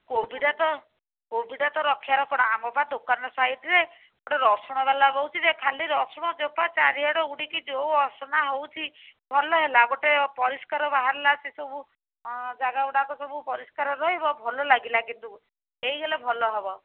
କୋବିଟା ତ କୋବିଟା ତ ରଖିବାର କ'ଣ ଆମ ବା ଦୋକାନ ସାଇଡ଼୍ରେ ଗୋଟେ ରସୁଣ ବାଲା ବସୁଛି ଯେ ଖାଲି ରସୁଣ ଚୋପା ଚାରିଆଡ଼େ ଉଡ଼ିକି ଯେଉଁ ଅସନା ହେଉଛି ଭଲ ହେଲା ଗୋଟେ ପରିଷ୍କାର ବାହାରିଲା ସେ ସବୁ ଜାଗା ଗୁଡ଼ାକ ସବୁ ପରିଷ୍କାର ରହିବ ଭଲ ଲାଗିଲା କିନ୍ତୁ ହେଇଗଲେ ଭଲ ହବ